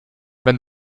wenn